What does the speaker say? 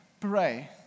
pray